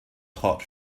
hot